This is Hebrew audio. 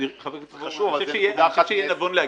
זה חשוב, אבל זו נקודה אחת מעשר.